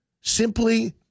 simply